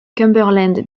cumberland